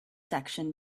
section